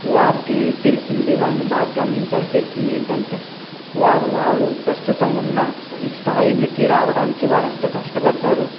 వారికి తెలిసింది వారిని బాగా గమనించాక తెలిసింది ఏంటంటే వారు వారు ప్రస్తుతం ఉన్న ఈ స్థాయిలకి రావడానికి వాళ్ళు ఎంతో కష్టపడ్డారు